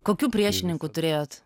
kokių priešininkų turėjote